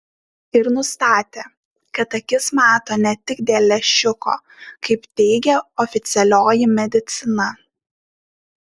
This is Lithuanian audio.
ir nustatė kad akis mato ne tik dėl lęšiuko kaip teigia oficialioji medicina